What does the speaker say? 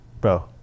Bro